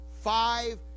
five